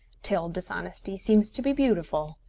till dishonesty seems to be beautiful.